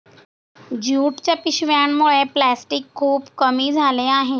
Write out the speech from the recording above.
ज्यूटच्या पिशव्यांमुळे प्लॅस्टिक खूप कमी झाले आहे